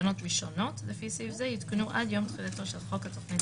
תקנות ראשונות לפי סעיף זה יותקנו עד יום תחילתו של חוק התכנית